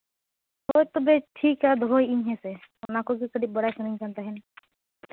ᱦᱳᱭ ᱛᱚᱵᱮ ᱴᱷᱤᱠᱟ ᱫᱚᱦᱚᱭᱮᱫᱼᱟᱹᱧ ᱦᱮᱸ ᱥᱮ ᱚᱱᱟ ᱠᱚᱜᱮ ᱠᱟᱹᱴᱤᱡ ᱵᱟᱲᱟᱭ ᱥᱟᱱᱟᱧ ᱠᱟᱱ ᱛᱟᱦᱮᱸᱫ